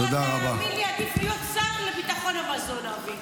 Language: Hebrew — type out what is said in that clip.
תאמין לי, עדיף להיות שר לביטחון המזון, אבי.